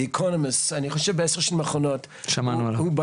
THE ECONOMIST. אני חושב בעשר השנים האחרונות